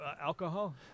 Alcohol